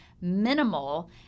minimal